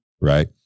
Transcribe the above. right